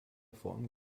form